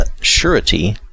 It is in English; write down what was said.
surety